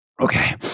Okay